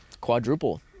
Quadruple